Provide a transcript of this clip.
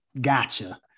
gotcha